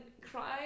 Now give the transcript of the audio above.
cry